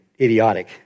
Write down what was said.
idiotic